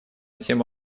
тему